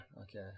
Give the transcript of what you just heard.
okay